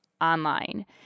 online